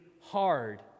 hard